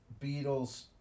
Beatles